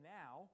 now